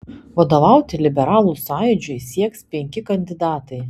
vadovauti liberalų sąjūdžiui sieks penki kandidatai